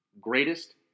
greatest